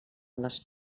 les